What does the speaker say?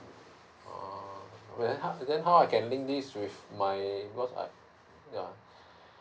oh okay then how can I link this with my what uh yeah